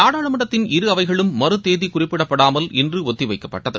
நாடாளுமன்றத்தின் இரு அவைகளும் மறுதேதி குறிப்பிடாமல் இன்று ஒத்தி வைக்கப்பட்டது